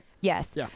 Yes